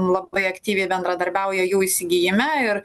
labai aktyviai bendradarbiauja jų įsigijime ir